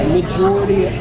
majority